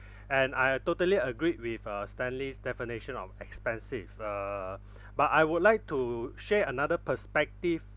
and I totally agreed with uh stanley's definition of expensive uh but I would like to share another perspective